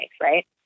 right